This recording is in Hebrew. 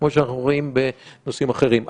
כמו שאנחנו רואים בנושאים אחרים.